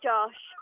Josh